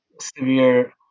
severe